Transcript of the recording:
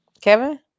Kevin